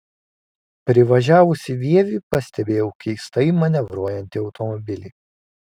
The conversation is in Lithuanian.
privažiavusi vievį pastebėjau keistai manevruojantį automobilį